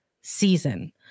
season